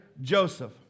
Joseph